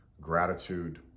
gratitude